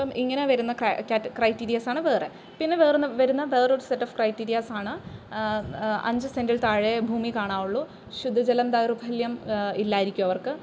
അപ്പം ഇങ്ങനെ വരുന്ന ക്രൈറ്റീരിയാസ് ആണ് വേറെ പിന്നെ വേറൊന്ന് വരുന്ന വേറൊരു സെറ്റ് ഓഫ് ക്രൈറ്റീരിയാസാണ് അഞ്ച് സെൻ്റിൽ താഴെ ഭൂമി കാണാവുള്ളൂ ശുദ്ധ ജലം ദൗർലഭ്യം ഇല്ലായിരിക്കും അവർക്ക്